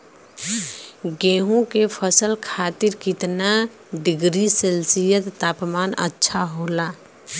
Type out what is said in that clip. गेहूँ के फसल खातीर कितना डिग्री सेल्सीयस तापमान अच्छा होला?